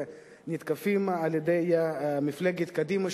ומותקפים על-ידי מפלגת קדימה,